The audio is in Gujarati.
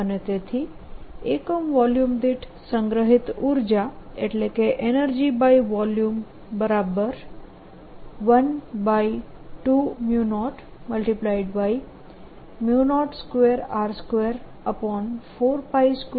અને તેથી એકમ વોલ્યુમ દીઠ સંગ્રહિત ઉર્જા EnergyVolume 12002r242a4082a4r2 હશે